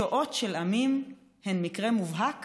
שואות של עמים הן מקרה מובהק